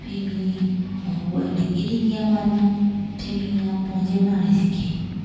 फ्ही मीं ओह् डिंगी डींगियां मारियां फ्ही मी इ'यां पौंह्चे बनाने सिक्खे